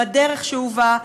בדרך שהובא,